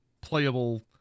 playable